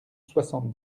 soixante